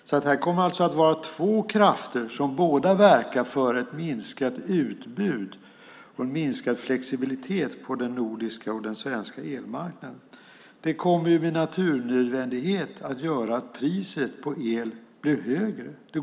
Här kommer det alltså att vara två krafter som båda verkar för ett minskat utbud och en minskad flexibilitet på den nordiska och den svenska elmarknaden. Det kommer med naturnödvändighet att göra att priset på el blir högre.